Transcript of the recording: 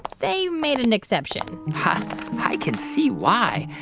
they made an exception i can see why.